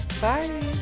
bye